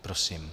Prosím.